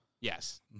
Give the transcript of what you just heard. Yes